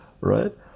Right